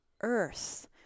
earth